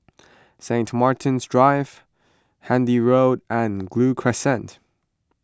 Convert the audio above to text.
St Martin's Drive Handy Road and Gul Crescent